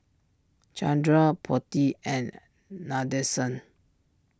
Chandra Potti and Nadesan